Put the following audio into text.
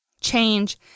change